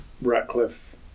Ratcliffe